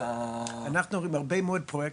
את ה- -- אנחנו רואים הרבה מאוד פרוייקטים,